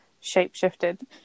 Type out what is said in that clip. shape-shifted